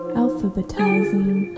alphabetizing